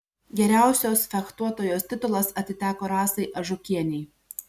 geriausios fechtuotojos titulas atiteko rasai ažukienei